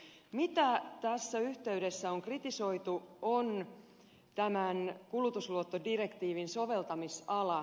se mitä tässä yhteydessä on kritisoitu on tämän kulutusluottodirektiivin soveltamisala